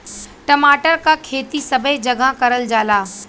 टमाटर क खेती सबे जगह करल जाला